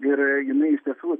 ir jinai iš tiesų